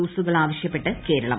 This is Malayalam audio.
ഡോസുകൾ ആവശ്യപ്പെട്ട് കേരളം